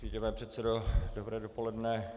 Pane předsedo, dobré dopoledne.